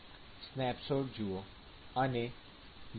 snapshot જુઓ અને ડા